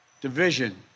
division